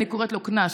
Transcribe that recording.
אני קוראת לו קנס,